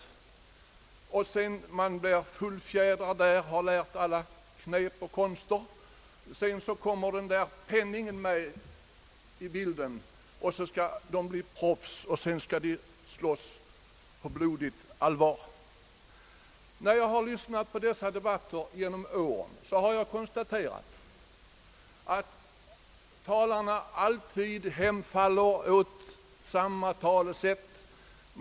Sedan en boxare blivit fullfjädrad där och lärt alla knep och konster, kommer penningen med i bilden, och då skall han bli professionell och slåss på blodigt allvar. | När jag har lyssnat på boxningsdebatterna genom åren har jag konstaterat att boxningsvännerna alltid hemfaller åt samma talesätt.